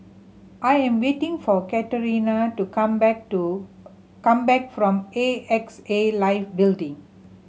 I am waiting for Catrina to come back to come back from A X A Life Building